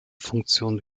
funktionen